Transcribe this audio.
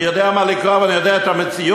אני יודע מה לקרוא ואני יודע את המציאות.